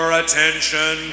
attention